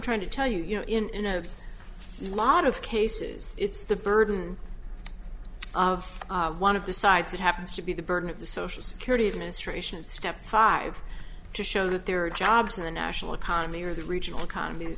trying to tell you you know in a lot of cases it's the burden of one of the sides that happens to be the burden of the social security administration and step five to show that there are jobs in the national economy or the regional economy